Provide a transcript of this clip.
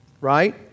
Right